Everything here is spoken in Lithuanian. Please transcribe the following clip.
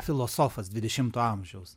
filosofas dvidešimto amžiaus